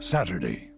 Saturday